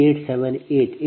514 0